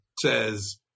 says –